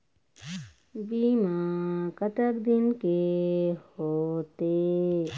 बीमा कतक दिन के होते?